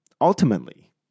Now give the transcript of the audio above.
Ultimately